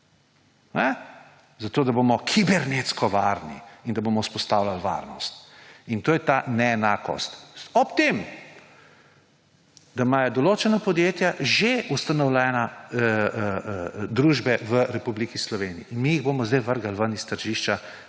zato da bomo kibernetsko varni in da bomo vzpostavljali varnost. In to je ta neenakost! Ob tem, da imajo določena podjetja že ustanovljene družbe v Republiki Sloveniji in mi jih bomo zdaj vrgli ven iz tržišča